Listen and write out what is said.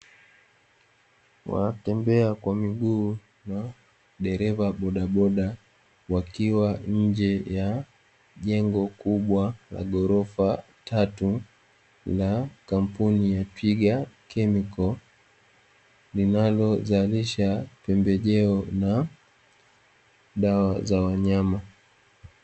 Watembea kwa miguu na dereva bodaboda wakiwa nje ya jengo kubwa la ghorofa tatu la kampuni ya "Twiga Chemicals", linalozalisha pembejeo na dawa za wanyama.